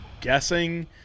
guessing –